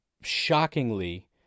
shockingly